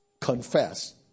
confess